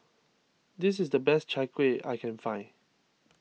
this is the best Chai Kuih I can find